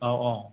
औ औ